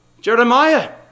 Jeremiah